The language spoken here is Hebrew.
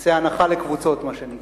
נעשה הנחה לקבוצות, מה שנקרא.